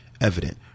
evident